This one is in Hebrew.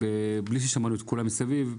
בלי ששמענו את כולם מסביב,